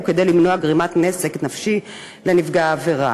כדי למנוע גרימת נזק נפשי לנפגע העבירה.